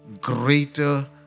greater